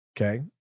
Okay